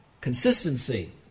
consistency